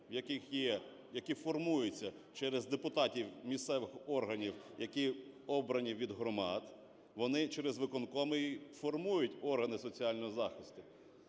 які формуються через депутатів місцевих органів, які обрані від громад, вони через виконкоми і формують органи соціального захисту.